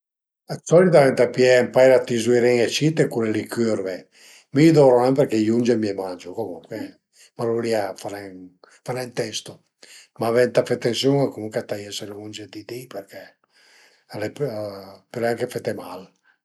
D'solit ëntà pìé ën paira dë tizuirin-e cite, cule li cürve, mi dovru nen përché i unge mi mangiu comuncue, ma lon li a fa nen,a fa nen testo, ma ëntà fe tensiun comuncue a taiese i unge di di-i përché al e pöle anche fete mal